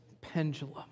pendulum